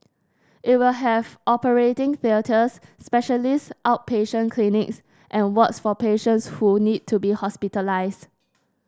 it will have operating theatres specialist outpatient clinics and wards for patients who need to be hospitalise